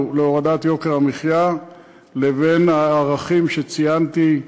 להוריד את יוקר המחיה לבין הערכים שציינתי,